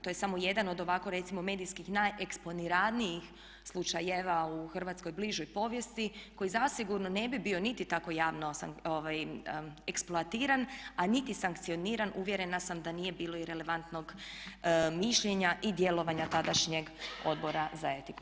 To je samo jedan od ovako recimo medijskih najeksponiranijih slučajeva u hrvatskoj bližoj povijesti koji zasigurno ne bi bio niti tako javno eksploatiran a niti sankcioniran, uvjerena sam da nije bilo i relevantnog mišljenja i djelovanja tadašnjeg Odbora za etiku.